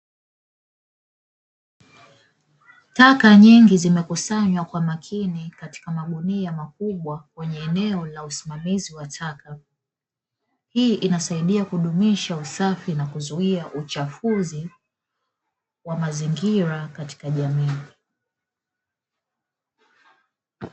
Taka nyingi zimekusanywa kwa makini katika magunia makubwa kwenye eneo la usimamizi wa taka ,hii inasaidia kudumisha usafi nakuzuia uchafuzi wa mazingira katika jamii.